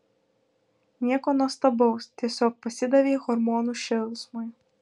nieko nuostabaus tiesiog pasidavei hormonų šėlsmui